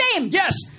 Yes